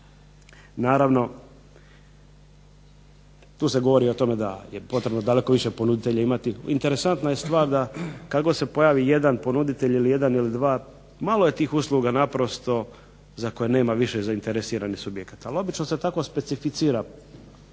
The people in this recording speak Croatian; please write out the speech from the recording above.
Naravno tu se govori da je potrebno daleko više ponuditelja imati, interesantna je stvar da kada se pojavi jedan ponuditelj ili jedan ili dva, malo je tih usluga naprosto za koje nema više zainteresiranih subjekata, ali obično se tako specificira